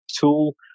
tool